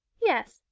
yes,